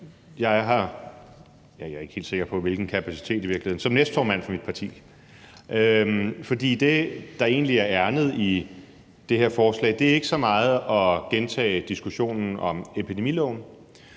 ikke helt sikker på, i hvilken kapacitet jeg er her, men som næstformand for mit parti vil jeg sige, at det, der egentlig er ærindet i det her forslag, ikke så meget er at gentage diskussionen om epidemiloven,